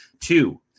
Two